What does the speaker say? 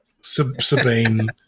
Sabine